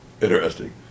interesting